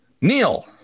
Neil